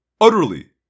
Utterly